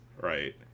right